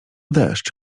deszcz